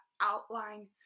outline